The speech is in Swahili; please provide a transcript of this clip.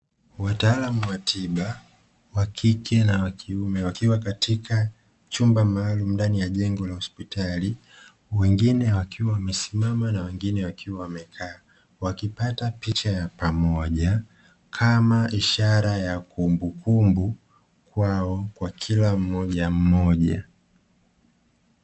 Wataalamu wa tiba wa kike na wa kiume wakiwa katika chumba maalum ndani ya jengo la hospitali wengine wakiwa wamesimama na wengine wakiwa wamekaa, wakipata picha ya pamoja kama ishara ya kumbukumbu kwao kwa kila kama ishara ya kumbukumbu kwao kwa kila mmoja mmoja.